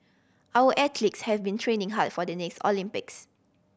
our athletes have been training hard for the next Olympics